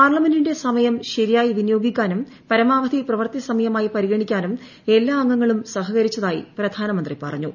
പാർലമെന്റിന്റെ സമയം ശരിയായി വിനിയോഗിക്കാനും പരമാവധി പ്രവർത്തി സമയമായി പരിഗണിക്കാനും എല്ലാ അംഗങ്ങളും സഹകരിച്ചതായി പ്രധാനമന്ത്രി പറഞ്ഞു